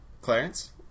Clarence